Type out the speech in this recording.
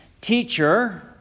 Teacher